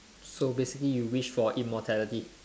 so basically you wish for immortality